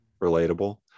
Relatable